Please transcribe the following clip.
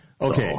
Okay